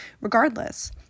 Regardless